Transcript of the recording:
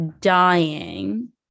dying